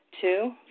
Two